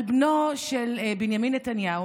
על בנו של בנימין נתניהו,